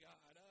God